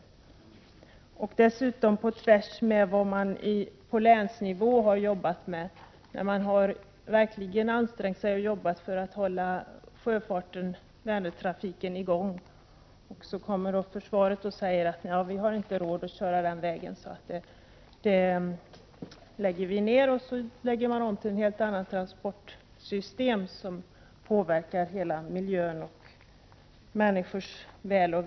De går dessutom på tvärs mot vad man jobbat för på länsnivå, där man verkligen har ansträngt sig för att hålla sjöfarten på Vänern i gång.